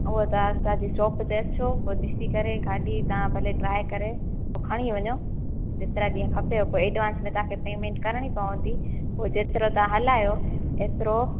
उहो तव्हां गांधी चौक ते अचो पो ॾिसी करे ॻाॾी तव्हां भले ट्राई करे पो खणी वञो जेतरा ॾींह खपेव पो एडवांस में पेमेंट करणी पवंदी पो जेतरो तव्हां हलायो ऐतरो